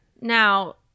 now